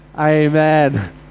Amen